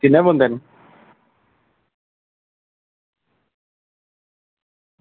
किन्ने बंदे न